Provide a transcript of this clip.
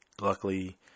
luckily